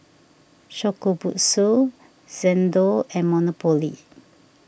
Shokubutsu Xndo and Monopoly